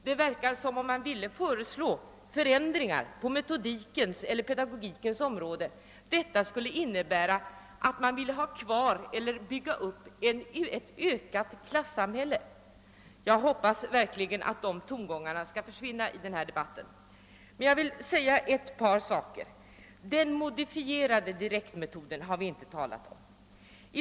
Det verkar som om man vill föreslå förändringar på metodikens och pedagogikens område, så skulle detta innebära att man ville ha kvar eller bygga upp ett klasssamhälle. Jag hoppas verkligen att de tongångarna skall försvinna i denna debatt. Den modifierade direktmetoden har vi inte talat om.